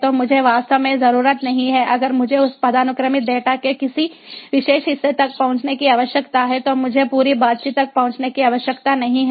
तो मुझे वास्तव में ज़रूरत नहीं है अगर मुझे उस पदानुक्रमित डेटा के किसी विशेष हिस्से तक पहुंचने की आवश्यकता है तो मुझे पूरी बातचीत तक पहुंचने की आवश्यकता नहीं है